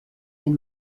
den